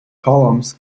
columns